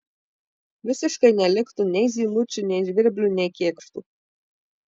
visiškai neliktų nei zylučių nei žvirblių nei kėkštų